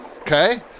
Okay